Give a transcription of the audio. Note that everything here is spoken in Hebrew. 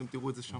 אתם תראו את זה שם.